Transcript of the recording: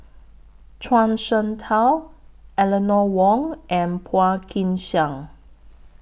Zhuang Shengtao Eleanor Wong and Phua Kin Siang